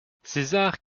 césar